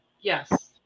Yes